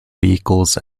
vehicles